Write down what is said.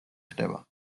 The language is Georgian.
ხდება